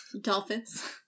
Dolphins